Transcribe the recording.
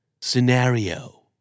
Scenario